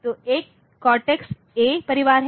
तो एक cortex A परिवार है